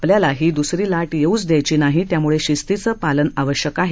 आपल्याला ही दुसरी लाट येऊच द्यायची नाही त्यामुळे शिस्तीचं पालन आवश्यक आहे